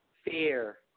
Fear